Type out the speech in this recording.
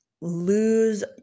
lose